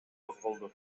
козголду